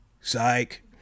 psych